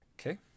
Okay